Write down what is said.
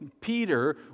Peter